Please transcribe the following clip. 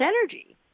energy